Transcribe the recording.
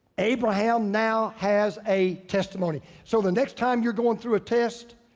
abraham now has a testimony. so the next time you're going through a test,